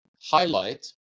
highlight